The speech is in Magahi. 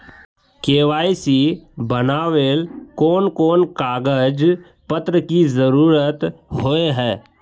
के.वाई.सी बनावेल कोन कोन कागज पत्र की जरूरत होय है?